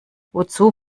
wozu